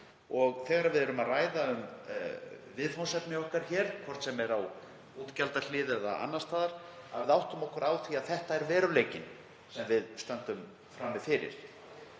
og þegar við ræðum viðfangsefni okkar hér, hvort sem er á útgjaldahlið eða annars staðar, að við áttum okkur á því að þetta er veruleikinn sem við stöndum frammi fyrir.